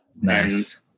Nice